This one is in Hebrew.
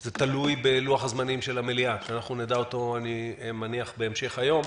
זה תלוי בלוח הזמנים של המליאה שאותו נדע בהמשך היום.